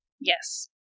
Yes